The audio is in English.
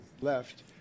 left